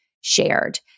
shared